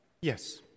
yes